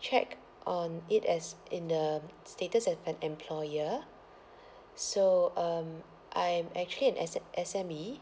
check on it as in the status as an employer so um I'm actually in S_M~ S_M_E